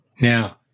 Now